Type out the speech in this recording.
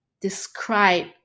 describe